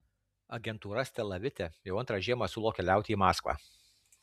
agentūra stela vite jau antrą žiemą siūlo keliauti į maskvą